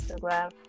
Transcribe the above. instagram